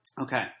Okay